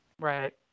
right